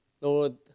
Lord